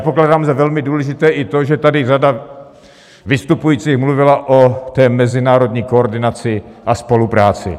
Pokládám za velmi důležité i to, že tady řada vystupujících mluvila o mezinárodní koordinaci a spolupráci.